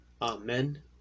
amen